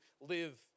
live